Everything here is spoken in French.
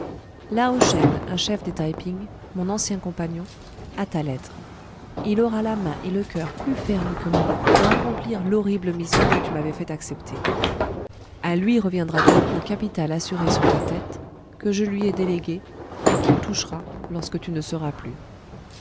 ta lettre il aura la main et le coeur plus fermes que moi pour accomplir l'horrible mission que tu m'avais fait accepter a lui reviendra donc le capital assuré sur ta tête que je lui ai délégué et qu'il touchera lorsque tu ne seras plus